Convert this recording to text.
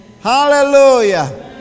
Hallelujah